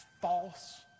false